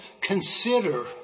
consider